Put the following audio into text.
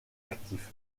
actifs